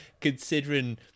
considering